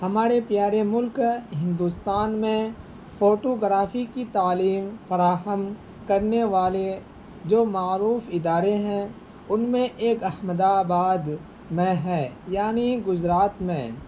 ہمارے پیارے ملک ہندوستان میں فوٹو گرافی کی تعلیم فراہم کرنے والے جو معروف ادارے ہیں ان میں ایک احمد آباد میں ہے یعنی گجرات میں